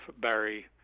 Barry